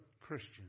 Christian